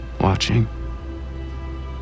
watching